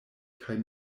kaj